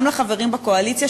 גם לחברים בקואליציה,